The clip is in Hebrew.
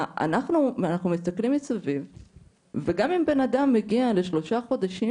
אנחנו מסתכלים מסביב וגם אם בן אדם מגיע לשלושה חודשים